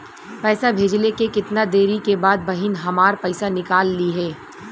पैसा भेजले के कितना देरी के बाद बहिन हमार पैसा निकाल लिहे?